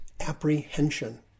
apprehension